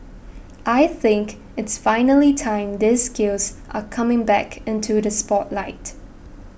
I think it's finally time these skills are coming back into the spotlight